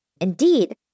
Indeed